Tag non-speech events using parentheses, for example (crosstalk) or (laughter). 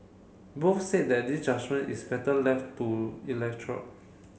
both said that this judgement is better left to (unintelligible)